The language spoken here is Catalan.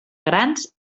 grans